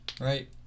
Right